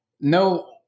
no